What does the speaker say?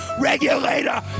regulator